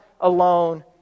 alone